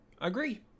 agree